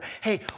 Hey